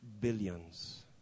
billions